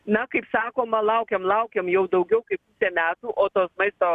na kaip sakoma laukiam laukiam jau daugiau kaip metų o tos maisto